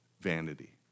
vanity